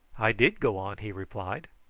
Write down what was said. i did go on, he replied.